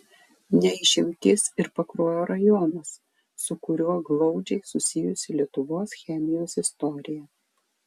ne išimtis ir pakruojo rajonas su kuriuo glaudžiai susijusi lietuvos chemijos istorija